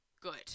good